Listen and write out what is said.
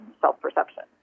self-perception